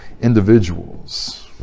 individuals